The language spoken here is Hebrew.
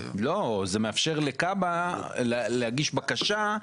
לא, זה מאפשר לכמה להגיש בקשה.